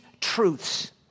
truths